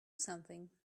something